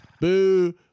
Boo